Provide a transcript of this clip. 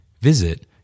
Visit